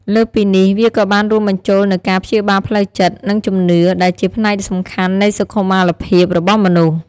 លើសពីនេះ វាក៏បានរួមបញ្ចូលនូវការព្យាបាលផ្លូវចិត្ត និងជំនឿ ដែលជាផ្នែកសំខាន់នៃសុខុមាលភាពរបស់មនុស្ស។